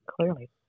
clearly